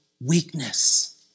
weakness